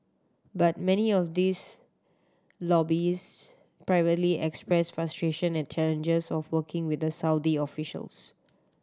but many of these lobbyist privately express frustration at challenges of working with Saudi officials